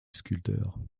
sculpteur